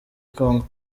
kongo